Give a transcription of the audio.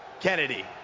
Kennedy